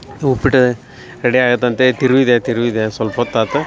ಉಪ್ಪಿಟ್ಟು ready ಆಗತಂತೆ ತಿರ್ವಿದೆ ತಿರ್ವಿದೆ ಸ್ವಲ್ಪೊತ್ತು ಆತು